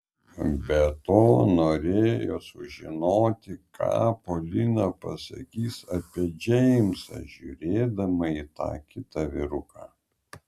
be to norėjo sužinoti ką polina pasakys apie džeimsą žiūrėdama į tą kitą vyruką